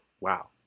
wow